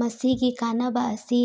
ꯃꯁꯤꯒꯤ ꯀꯥꯟꯅꯕ ꯑꯁꯤ